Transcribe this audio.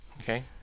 Okay